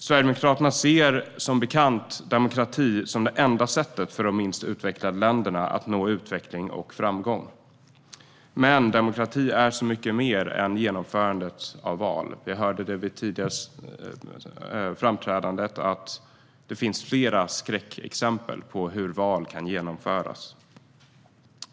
Sverigedemokraterna ser som bekant demokrati som det enda sättet för de minst utvecklade länderna att nå utveckling och framgång. Men demokrati är så mycket mer än genomförandet av val. Vi hörde i ett tidigare anförande att det finns flera skräckexempel på hur val kan genomföras.